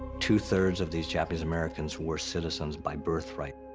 two-thirds of these japanese americans were citizens by birthright.